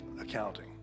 accounting